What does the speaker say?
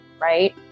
right